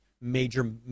major